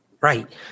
Right